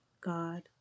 God